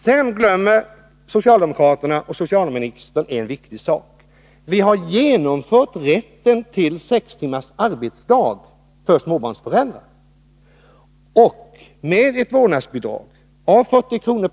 Sedan glömmer socialdemokraterna och socialministern en viktig sak: Vi har genomfört rätten till sex timmars arbetsdag för småbarnsföräldrar. Med ett vårdnadsbidrag på 40 kr.